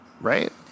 Right